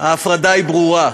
ההפרדה היא ברורה: